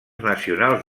nacionals